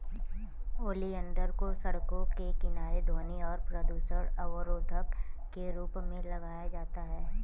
oleander को सड़कों के किनारे ध्वनि और प्रदूषण अवरोधक के रूप में लगाया जाता है